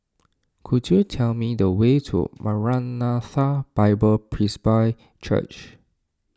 could you tell me the way to Maranatha Bible Presby Church